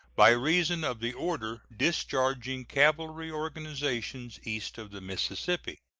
by reason of the order discharging cavalry organizations east of the mississippi.